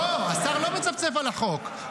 --- לא, השר לא מצפצף על החוק.